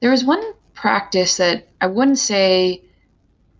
there is one practice that i wouldn t say